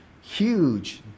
huge